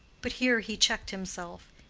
but here he checked himself.